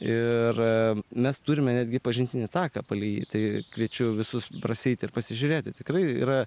ir mes turime netgi pažintinį taką palei tai kviečiu visus prasieiti ir pasižiūrėti tikrai yra